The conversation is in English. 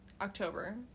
October